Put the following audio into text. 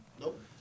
Nope